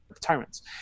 tyrants